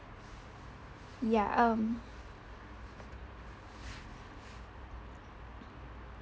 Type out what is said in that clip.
ya um